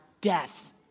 death